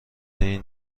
این